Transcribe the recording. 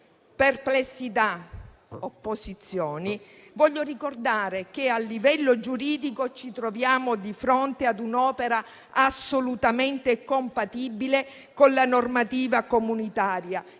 perplessità ed opposizioni, voglio ricordare che, a livello giuridico, ci troviamo di fronte ad un'opera assolutamente compatibile con la normativa comunitaria,